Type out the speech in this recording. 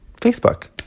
Facebook